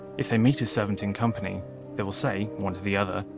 if they meet a servant in company they will say, one to the other,